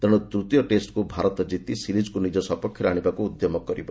ତେଣ୍ର ତ୍ତୀୟ ଟେଷ୍ଟକ୍ ଭାରତ କିତି ସିରିଜକ୍ ନିଜ ସପକ୍ଷରେ ଆଶିବାକ୍ ଉଦ୍ୟମ କରିବ